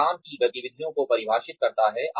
यह काम की गतिविधियों को परिभाषित करता है